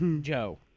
Joe